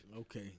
Okay